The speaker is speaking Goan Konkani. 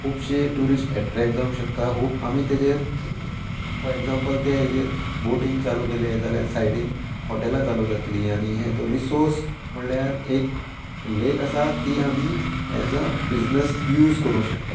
खुबशी ट्युरिस्ट एट्रेक्ट जावंक शकता खूब आमी तेजेर फॉर एग्जाम्पल ते हेजेर बोटींग चालू केले जाल्यार सायडीन हॉटेलां चालू जातलीं आनी हें तो रिसोर्स म्हणल्यार एक लेक आसा ती आमी एज अ बिजनस यूज करूंक शकता